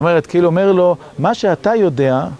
זאת אומרת, כאילו אומר לו, מה שאתה יודע...